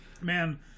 Man